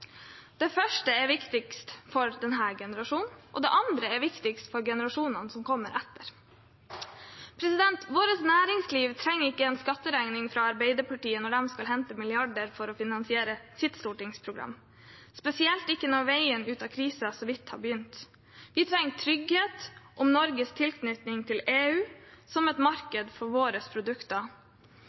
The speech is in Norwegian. Det første er viktigst for denne generasjonen, og det andre er viktigst for generasjonene som kommer etter. Vårt næringsliv trenger ikke en skatteregning fra Arbeiderpartiet når partiet skal hente milliarder for å finansiere sitt stortingsprogram, spesielt ikke når veien ut av krisen så vidt har begynt. Vi trenger trygghet om Norges tilknytning til EU, som er et marked for våre produkter.